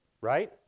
Right